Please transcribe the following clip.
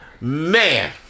Man